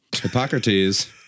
Hippocrates